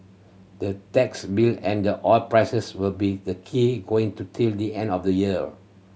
the tax bill and the oil prices will be the key going to till the end of the year